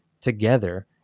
together